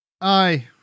Aye